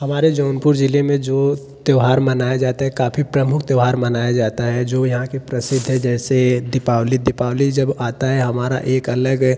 हमारे जौनपुर जिले में जो त्यौहार मनाया जाता है काफ़ी प्रमुख त्यौहार मानया जाता है जो यहाँ के प्रसिद्ध हैं जैसे दीपावली दीपावली जब आता है हमारा एक अलग